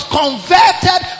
converted